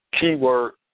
Keyword